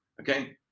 Okay